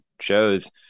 shows